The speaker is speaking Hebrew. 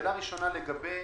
שאלה ראשונה לגבי